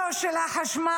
לא של החשמל,